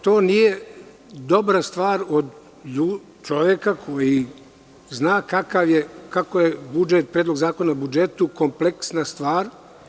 To nije dobra stvar od čoveka koji zna kako je Predlog zakona o budžetu kompleksna stvar.